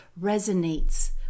resonates